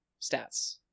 stats